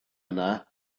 yna